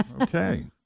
Okay